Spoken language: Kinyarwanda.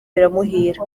biramuhira